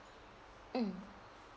mm